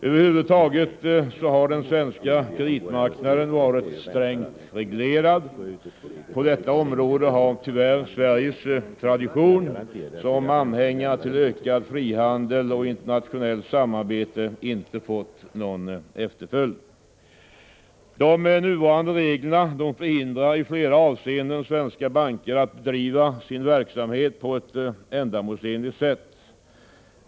Över huvud taget har den svenska kreditmarknaden varit strängt reglerad. På detta område har tyvärr Sveriges tradition som anhängare till ökad frihandel och internationellt samarbete inte fått någon efterföljd. De nuvarande regleringarna förhindrar i flera avseenden svenska banker att bedriva sin verksamhet på ett ändamålsenligt sätt.